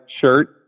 shirt